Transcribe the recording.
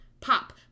pop